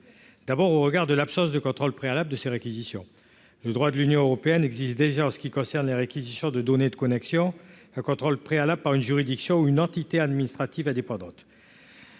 d'abord au regard de l'absence de contrôle préalable de ses réquisitions, le droit de l'Union européenne existe déjà, en ce qui concerne les réquisitions de données de connexion à contrôle préalable par une juridiction ou une entité administrative indépendante,